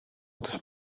τους